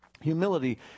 Humility